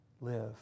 live